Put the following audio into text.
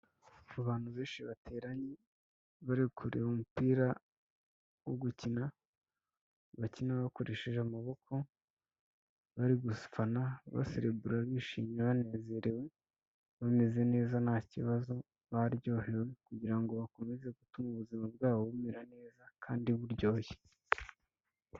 Abantu benshi bateranye bari kureba umupira wo gukina bakina bakoresheje amaboko bari gufana baserebura bishimye, banezerewe, bameze neza nta kibazo baryohewe kugira ngo bakomeze gutuma ubuzima bwabo bumera neza kandi buryoshye.